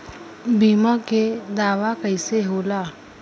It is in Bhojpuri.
बीमा के दावा कईसे होला?